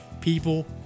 people